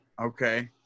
Okay